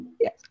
Yes